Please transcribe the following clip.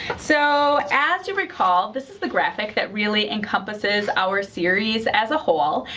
so as you recall, this is the graphic that really encompasses our series as a whole.